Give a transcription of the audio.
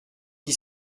qui